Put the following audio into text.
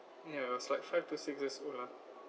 ya I was like five to six years old ah